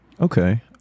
Okay